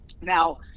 Now